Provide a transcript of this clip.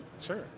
Sure